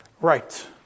right